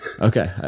Okay